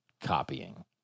copying